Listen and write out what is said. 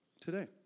today